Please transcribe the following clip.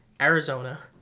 Arizona